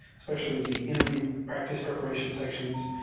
especially the interview practice preparation sections,